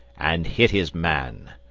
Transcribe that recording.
and hit his man.